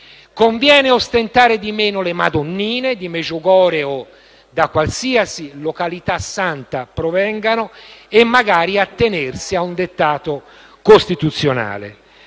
Conviene ostentare di meno le madonnine, di Medjugorje o da qualsiasi località santa provengano, e magari attenersi a un dettato costituzionale.